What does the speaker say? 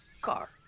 Car